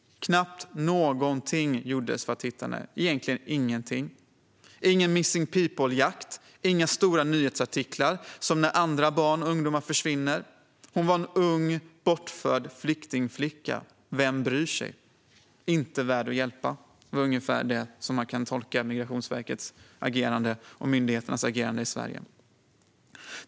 Knappt någonting gjordes för att hitta henne, egentligen ingenting. Det var ingen Missing People-jakt och inga stora nyhetsartiklar som när andra barn och ungdomar försvinner. Hon var en ung bortförd flyktingflicka - vem bryr sig? Hon var inte värd att hjälpa. Det är ungefär så man kan tolka Migrationsverkets och myndigheternas agerande i Sverige.